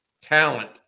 talent